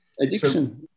addiction